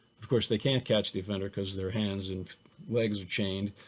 of course, they can't catch the offender because their hands and legs are chained.